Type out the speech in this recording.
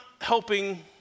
helping